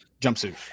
jumpsuit